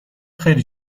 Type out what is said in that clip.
خیلی